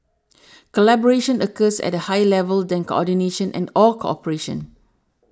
collaboration occurs at a higher level than coordination and or cooperation